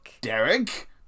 Derek